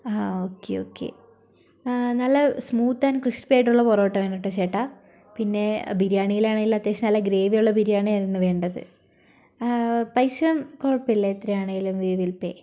ആ ഒക്കെ ഒക്കെ ആ നല്ല സ്മൂത്ത് ആൻഡ് ക്രിസ്പിയായിട്ടുള്ള പൊറോട്ട വേണം ട്ടൊ ചേട്ടാ പിന്നെ ബിരിയാണിയിലാണെങ്കിൽ അത്യാവശ്യം നല്ല ഗ്രേവി ഉള്ള ബിരിയാണിയായിരുന്നു വേണ്ടത് ആ പൈസ കുഴപ്പമില്ല് എത്രയാണേലും വീ വിൽ പേ